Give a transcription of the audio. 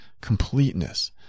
completeness